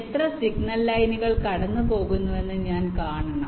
എത്ര സിഗ്നൽ ലൈനുകൾ കടന്നുപോകുന്നുവെന്ന് ഞാൻ കാണണം